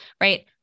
right